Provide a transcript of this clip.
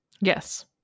Yes